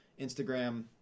Instagram